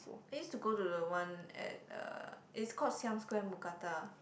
I used to go to the one at uh is called Siam-square mookata